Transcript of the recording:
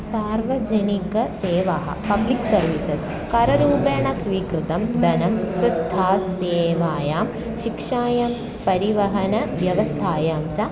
सार्वजनिकसेवाः public services कररूपेण स्वीकृतं धनं स्वस्थ्यसेवायां शिक्षायं परिवहनव्यवस्थायां च